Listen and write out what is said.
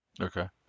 Okay